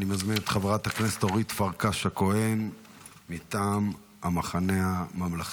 אני מזמין את חברת הכנסת אורית פרקש הכהן מטעם המחנה הממלכתי,